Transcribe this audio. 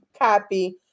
copy